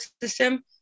system